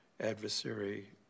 adversary